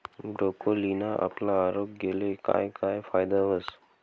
ब्रोकोलीना आपला आरोग्यले काय काय फायदा व्हस